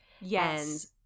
Yes